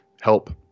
help